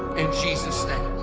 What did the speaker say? in jesus' name.